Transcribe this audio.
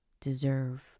deserve